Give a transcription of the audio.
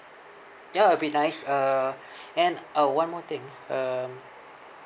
ya it would be nice uh and uh one more thing um